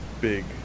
big